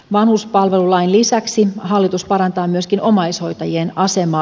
vanhuspalvelulain lisäksi hallitus parantaa myöskin omaishoitajien asemaa